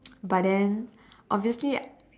but then obviously